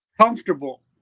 Comfortable